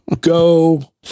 go